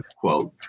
quote